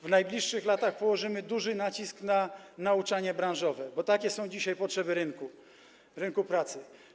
W najbliższych latach położymy duży nacisk na nauczanie branżowe, bo takie są dzisiaj potrzeby rynku pracy.